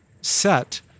set